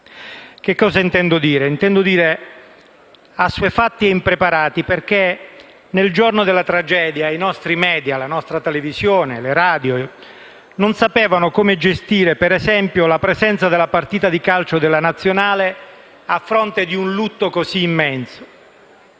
Cosa intendo dire? Intendo dire assuefatti e impreparati, perché nel giorno della tragedia i nostri *media*, le nostre televisioni e le radio non sapevano come gestire, ad esempio, la presenza della partita di calcio della nazionale, a fronte di un lutto così immenso.